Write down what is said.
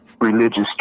religious